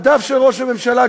בדף של ראש הממשלה,